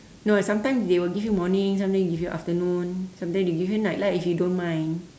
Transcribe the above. no eh sometime they will give you morning sometime give you afternoon sometime they give you night lah if you don't mind